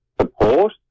support